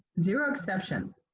zero exceptions.